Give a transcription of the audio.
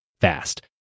fast